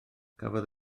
cafodd